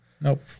Nope